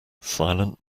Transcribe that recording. silent